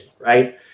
right